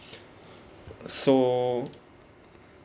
so